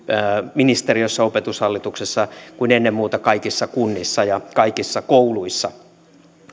ministeriössä opetushallituksessa kuin ennen muuta kaikissa kunnissa ja kaikissa kouluissa